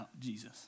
Jesus